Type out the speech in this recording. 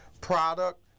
Product